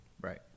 Right